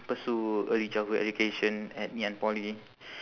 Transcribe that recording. pursue early childhood education at ngee ann poly